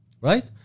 Right